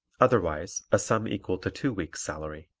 otherwise a sum equal to two weeks' salary.